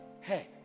Hey